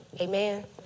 Amen